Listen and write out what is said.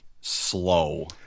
Slow